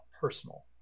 personal